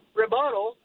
rebuttal